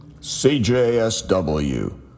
CJSW